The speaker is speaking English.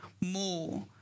more